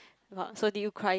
!wah! so did you cry